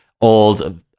old